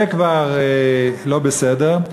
זה כבר לא בסדר,